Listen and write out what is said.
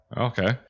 Okay